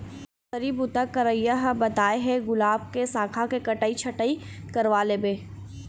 nursery बूता करइया ह बताय हे गुलाब के साखा के कटई छटई करवा लेबे